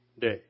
day